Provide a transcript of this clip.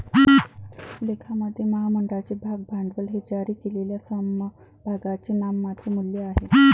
लेखामध्ये, महामंडळाचे भाग भांडवल हे जारी केलेल्या समभागांचे नाममात्र मूल्य आहे